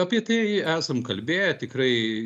apie tai esam kalbėję tikrai